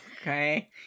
okay